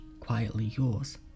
quietlyyours